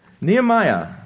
Nehemiah